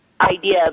idea